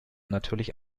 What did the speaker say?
natürlich